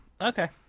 okay